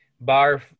bar